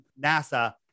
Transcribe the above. NASA